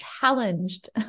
challenged